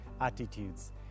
Attitudes